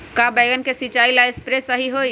का बैगन के सिचाई ला सप्रे सही होई?